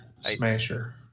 smasher